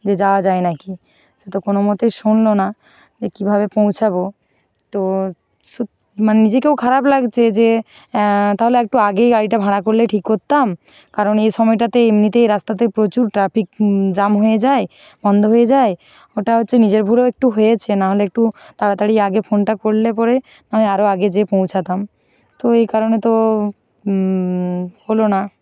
যে যাওয়া যায় না কি সে তো কোনো মতেই শুনলো না যে কীভাবে পৌঁছাবো তো মানে নিজেকেও খারাপ লাগছে যে তাহলে একটু আগেই গাড়িটা ভাড়া করলেই ঠিক করতাম কারণ এই সময়টা তো এমনিতেই রাস্তাতে প্রচুর ট্রাফিক জ্যাম হয়ে যায় বন্ধ হয়ে যায় ওটা হচ্ছে নিজের ভুলও একটু হয়েছে না হলে একটু তাড়াতাড়ি আগে ফোনটা করলে পরে নয় আরো আগে যেয়ে পৌঁছাতাম তো এই কারণে তো হলো না